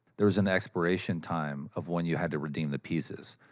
there was an expiration time of when you had to redeem the pieces.